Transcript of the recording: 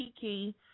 kiki